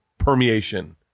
Permeation